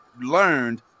learned